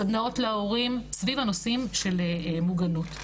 סדנאות להורים סביב הנושאים של מוגנות.